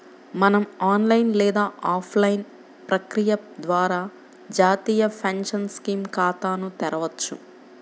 మనం ఆన్లైన్ లేదా ఆఫ్లైన్ ప్రక్రియ ద్వారా జాతీయ పెన్షన్ స్కీమ్ ఖాతాను తెరవొచ్చు